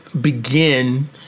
begin